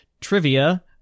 Trivia